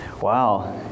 Wow